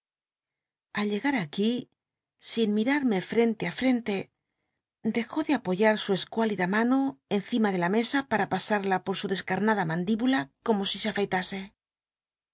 al llegar aquí sin mirarme frentc ti frente dejó de apoyar su escuülida mano encima de la mesa nada mandíbula como para pasada por su desca r si se areitasc